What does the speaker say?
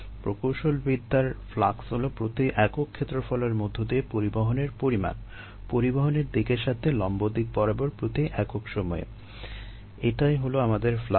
প্রকৌশলবিদ্যার flux হলো প্রতি একক ক্ষেত্রফলের মধ্য দিয়ে পরিবহণের পরিমাণ পরিবহণের দিকের সাথে লম্ব দিক বরাবর প্রতি একক সময়ে এটাই হলো আমাদের ফ্লাক্স